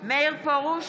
מאיר פרוש,